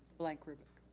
like rubric.